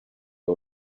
you